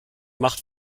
macht